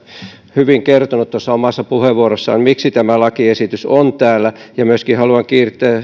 hyvin kertonut tuossa omassa puheenvuorossaan miksi tämä lakiesitys on täällä myöskin haluan